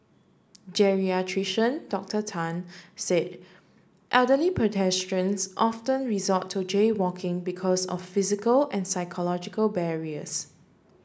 geriatrician Doctor Tan said elderly pedestrians often resort to jaywalking because of physical and psychological barriers